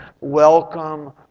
welcome